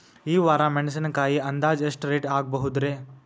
ಈ ವಾರ ಮೆಣಸಿನಕಾಯಿ ಅಂದಾಜ್ ಎಷ್ಟ ರೇಟ್ ಆಗಬಹುದ್ರೇ?